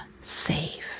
safe